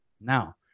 Now